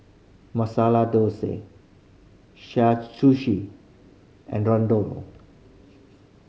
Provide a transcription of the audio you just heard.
Masala Sushi and